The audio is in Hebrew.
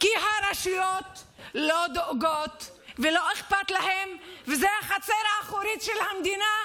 כי הרשויות לא דואגות ולא אכפת להן וזאת החצר האחורית של המדינה.